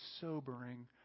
sobering